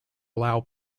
allow